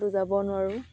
ক'তো যাব নোৱাৰোঁ